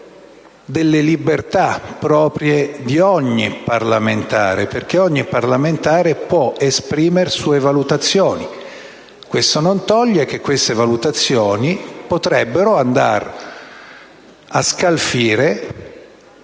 delle libertà proprie di ogni parlamentare. Ogni parlamentare può infatti esprimere sue valutazioni, ma ciò non toglie che tali valutazioni potrebbero andare a scalfire